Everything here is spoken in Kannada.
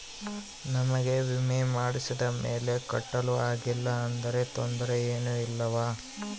ನಮಗೆ ವಿಮೆ ಮಾಡಿಸಿದ ಮೇಲೆ ಕಟ್ಟಲು ಆಗಿಲ್ಲ ಆದರೆ ತೊಂದರೆ ಏನು ಇಲ್ಲವಾ?